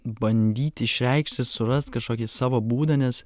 bandyti išreikšti surast kažkokį savo būdą nes